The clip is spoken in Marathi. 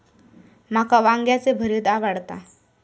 माका वांग्याचे भरीत आवडता